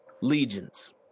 legions